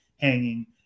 hanging